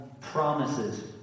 promises